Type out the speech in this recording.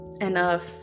enough